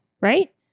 right